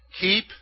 Keep